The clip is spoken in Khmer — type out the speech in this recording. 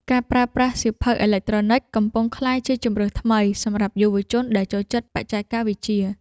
ការប្រើប្រាស់ សៀវភៅអេឡិចត្រូនិក កំពុងក្លាយជាជម្រើសថ្មីសម្រាប់យុវជនដែលចូលចិត្តបច្ចេកវិទ្យា។